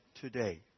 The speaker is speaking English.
today